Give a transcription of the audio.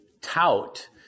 tout